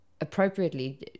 appropriately